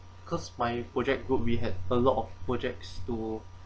because my project group we had a lot of projects to